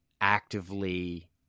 actively